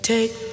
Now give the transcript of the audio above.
Take